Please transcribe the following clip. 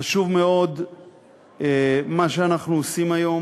חשוב מאוד מה שאנחנו עושים היום.